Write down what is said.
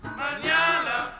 manana